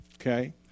Okay